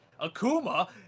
akuma